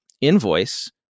invoice